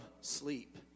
sleep